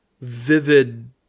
vivid